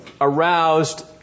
aroused